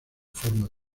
forma